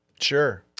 Sure